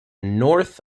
north